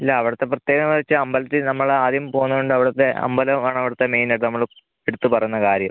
ഇല്ല അവടുത്തെ പ്രത്യേകതയെന്ന് വച്ചാൽ അമ്പലത്തിൽ നമ്മൾ ആദ്യം പോകുന്നതുകൊണ്ട് അവടുത്തെ അമ്പലവും ആണ് അവടുത്തെ മെയിനായിട്ട് നമ്മൾ എടുത്ത് പറയുന്ന കാര്യം